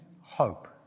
hope